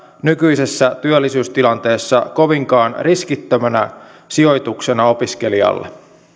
nykyisessä työllisyystilanteessa kovinkaan riskittömänä sijoituksena opiskelijalle